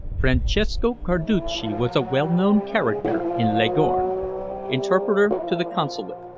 francesco carducci was a well-known character in leghorn interpreter to the consulate,